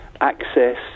access